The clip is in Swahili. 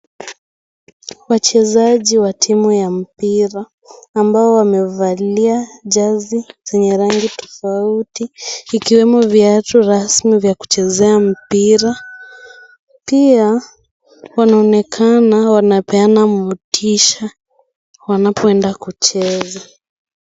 Wachezaji wa timu ya mpira ambao wamevalia jersey zenye rangi tofauti ikiwemo viatu rasmi vya kuchezea mpira pia wanaonekana kupeana motisha wanapoenda kucheza.